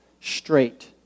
straight